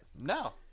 No